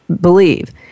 believe